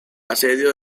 asedio